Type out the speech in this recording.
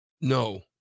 No